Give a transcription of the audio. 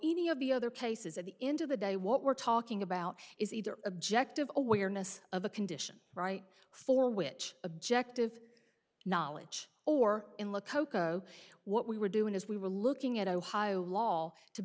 any of the other cases at the end of the day what we're talking about is either objective awareness of the condition right for which objective knowledge or in the cocoa what we were doing as we were looking at ohio law to